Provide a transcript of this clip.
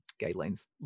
guidelines